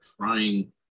trying